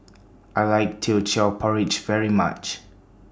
I like Teochew Porridge very much